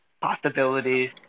possibilities